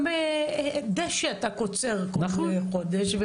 גם דשא אתה קוצר כל חודש.